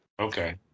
Okay